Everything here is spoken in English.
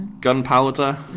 gunpowder